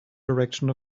direction